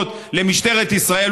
וצעירות למשטרת ישראל,